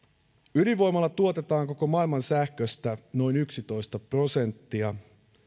ydinvoimalla tuotetaan koko maailman sähköstä noin yksitoista prosenttia